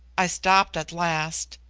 i stopped at last,